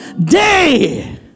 day